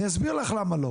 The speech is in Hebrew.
אני אסביר לך למה לא.